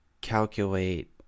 calculate